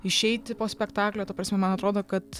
išeiti po spektaklio ta prasme man atrodo kad